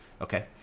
Okay